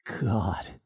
God